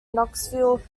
knoxville